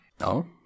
No